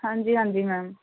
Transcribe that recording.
ਹਾਂਜੀ ਹਾਂਜੀ ਮੈਮ